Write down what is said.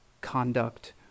conduct